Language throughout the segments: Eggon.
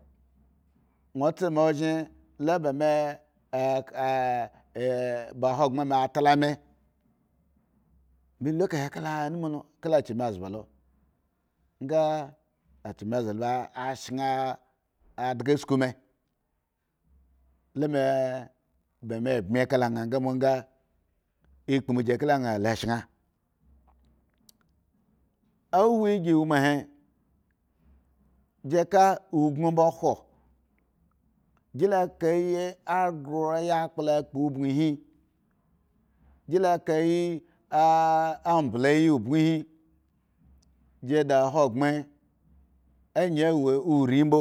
Won tsame ozhen ja ba ahrosbren me atla me melu ekalie ka anmulo kala a chimeazba lo nga a chiheazba lo a shanadga sku me, la me ba me mbi kala an gambo nga egbomu me kala nga lo shen ahuni ji wo ma heji kagun mbo khwo, jila a kayi agro yakpla kpo obonne jila kaagi a mble ayi obon hi ji da ahogbkan ayi a wo ori mbu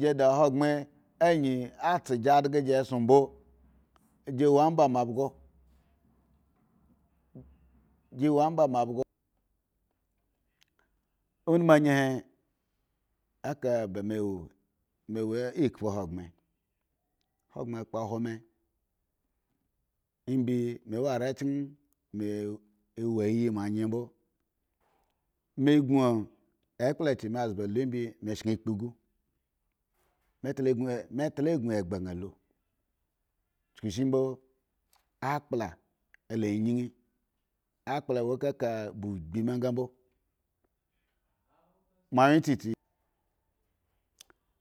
gi da ahogbren ayin a tsagi adga gi a sun mbo, jiwo mbo ma abgo, ji wo omba ma abga. unumu ayi he eka ba me wo, me woekpu ahogbren hogbren akpo hwo me mbi me gun ekpka acheauba a la mbi me shen kpu gu me tla gun egba gam lu duku eshi mbo akpla ayin akplawo eka ba ogbi mi kambo mo anoye isitsi.